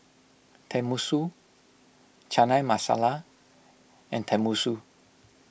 Tenmusu Chana Masala and Tenmusu